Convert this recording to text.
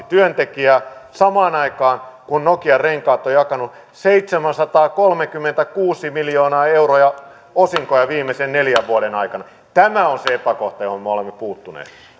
työntekijää samaan aikaan kun nokian renkaat on jakanut seitsemänsataakolmekymmentäkuusi miljoonaa euroa osinkoja viimeisen neljän vuoden aikana tämä on se epäkohta johon me olemme puuttuneet